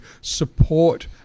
support